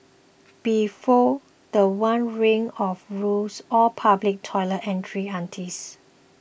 before the one ring of rules all public toilet entrance aunties